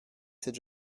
cette